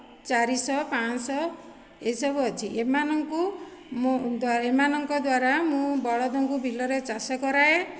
ଚାରିଶହ ପାଞ୍ଚଶହ ଏହି ସବୁ ଅଛି ଏମାନଙ୍କୁ ମୁଁ ଏମାନଙ୍କ ଦ୍ୱାରା ମୁଁ ବଳଦଙ୍କୁ ବିଲରେ ଚାଷ କରାଏ